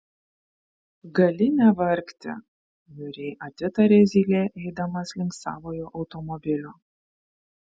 gali nevargti niūriai atitarė zylė eidamas link savojo automobilio